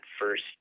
first